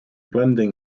blending